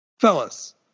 Fellas